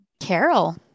Carol